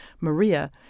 Maria